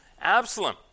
Absalom